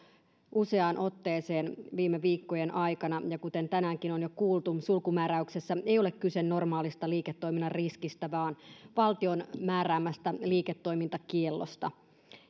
useaan otteeseen viime viikkojen aikana ja kuten tänäänkin on jo kuultu sulkumääräyksessä ei ole kyse normaalista liiketoiminnan riskistä vaan valtion määräämästä liiketoimintakiellosta